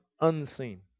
unseen